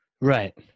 Right